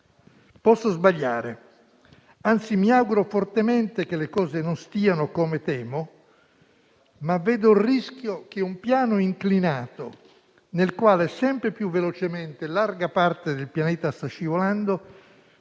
Posso sbagliare. Anzi, mi auguro fortemente che le cose non stiano come temo. Ma vedo il rischio che un piano inclinato, nel quale sempre più velocemente larga parte del pianeta sta scivolando,